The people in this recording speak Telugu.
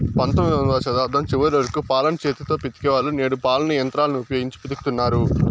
పంతొమ్మిదవ శతాబ్దం చివరి వరకు పాలను చేతితో పితికే వాళ్ళు, నేడు పాలను యంత్రాలను ఉపయోగించి పితుకుతన్నారు